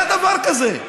אין דבר כזה.